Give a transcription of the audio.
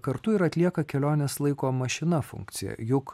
kartu ir atlieka kelionės laiko mašina funkciją juk